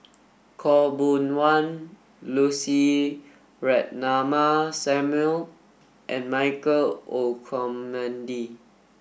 Khaw Boon Wan Lucy Ratnammah Samuel and Michael Olcomendy